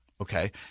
Okay